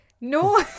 No